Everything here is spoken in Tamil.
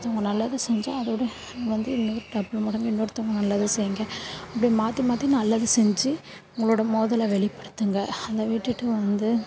ஒருத்தவங்க நல்லது செஞ்சால் அதோடய வந்து இன்னொரு டபுள் மடங்கு இன்னொருத்தவங்க நல்லது செய்யுங்க அப்படி மாற்றி மாற்றி நல்லது செஞ்சு உங்களோடய மோதலை வெளிப்படுத்துங்க அதை விட்டுவிட்டு வந்து